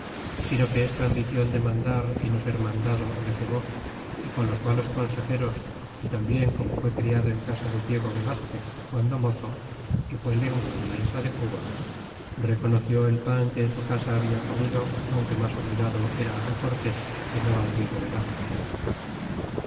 sino que esta ambicion de mandar y no ser mandado le cegó y con los malos consejeros y tambien como fué criado en casa de diego velazquez guando mozo y fue lengua de la isla de cuba reconoció el pan que en su casa habia comido aunque mas obligado era cortés que no diego velazquez